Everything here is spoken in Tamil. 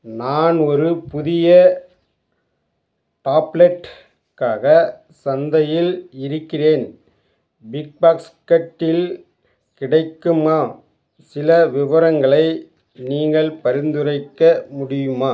நான் ஒரு புதிய டாப்லெட்க்காக சந்தையில் இருக்கின்றேன் பிக்பாஸ்கெட்டில் கிடைக்குமா சில விவரங்களை நீங்கள் பரிந்துரைக்க முடியுமா